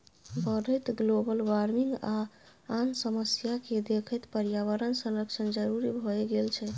बढ़ैत global warming आ आन समस्या केँ देखैत पर्यावरण संरक्षण जरुरी भए गेल छै